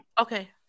Okay